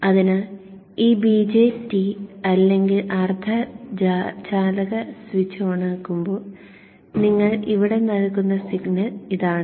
അതിനാൽ ഈ BJT അല്ലെങ്കിൽ അർദ്ധചാലക സ്വിച്ച് ഓണാകുമ്പോൾ നിങ്ങൾ ഇവിടെ നൽകുന്ന സിഗ്നൽ ഇതാണ്